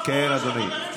כן, אדוני.